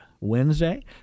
Wednesday